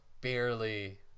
barely